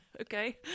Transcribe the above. Okay